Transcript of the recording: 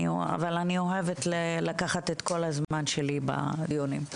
אבל אני אוהבת לקחת את כל הזמן שלי בדיונים,